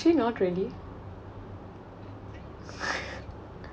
actually not really